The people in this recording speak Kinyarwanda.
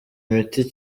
imiti